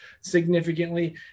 significantly